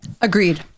Agreed